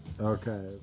Okay